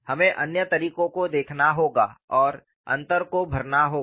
हमें अन्य तरीकों को देखना होगा और अंतर को भरना होगा